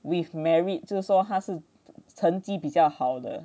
we've married 就是说他是成绩比较好的